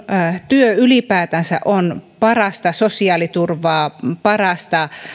työ ylipäätänsä on parasta sosiaaliturvaa paras